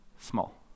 small